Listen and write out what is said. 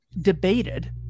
debated